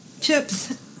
chips